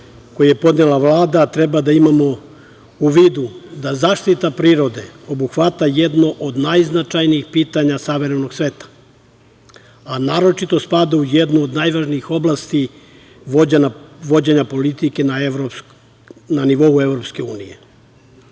koji je podnela Vlada, treba da imamo u vidu da zaštita prirode obuhvata jednu od najznačajnijih pitanja savremenog sveta, a naročito spada u jednu od najvažnijih oblasti vođenja politike na nivou EU.Na